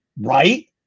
right